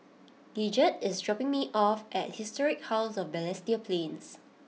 Gidget is dropping me off at Historic House of Balestier Plains